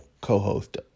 co-host